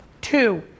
Two